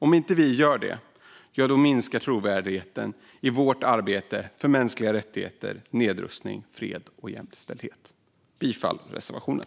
Om vi inte gör det minskar trovärdigheten i vårt arbete för mänskliga rättigheter, nedrustning, fred och jämställdhet. Jag yrkar bifall till reservationen.